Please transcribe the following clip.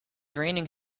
raining